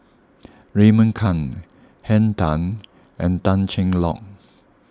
Raymond Kang Henn Tan and Tan Cheng Lock